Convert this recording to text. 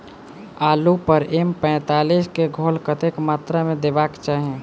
आलु पर एम पैंतालीस केँ घोल कतेक मात्रा मे देबाक चाहि?